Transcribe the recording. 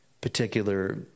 particular